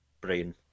brain